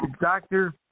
doctor